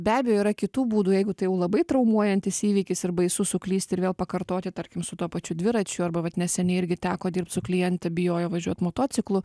be abejo yra kitų būdų jeigu tai jau labai traumuojantis įvykis ir baisu suklysti ir vėl pakartoti tarkim su tuo pačiu dviračiu arba vat neseniai irgi teko dirbt su kliente bijojo važiuot motociklu